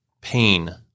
pain